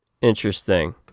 Interesting